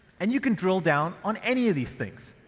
and you can drill down on any of these things.